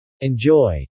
Enjoy